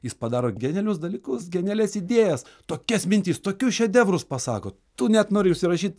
jis padaro genialius dalykus genialias idėjas tokias mintis tokius šedevrus pasako tu net nori užsirašyt